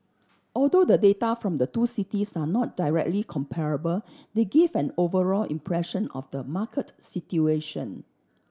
although the data from the two cities are not directly comparable they give an overall impression of the market situation